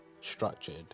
structured